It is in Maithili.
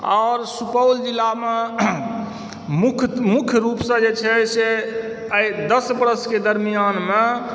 और सुपौल जिलामे मुख्य रुपसँ जे छै से आइ दस बरसके दरमियानमे